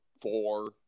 four –